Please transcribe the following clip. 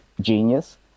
genius